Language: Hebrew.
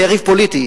לא כיריב פוליטי,